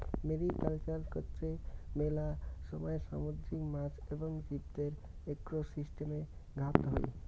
mariculture কৈত্তে মেলা সময় সামুদ্রিক মাছ এবং জীবদের একোসিস্টেমে ঘাত হই